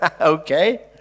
okay